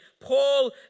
Paul